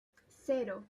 cero